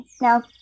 now